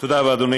אדוני